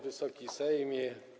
Wysoki Sejmie!